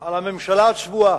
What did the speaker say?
על הממשלה הצבועה,